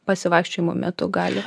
pasivaikščiojimų metu gali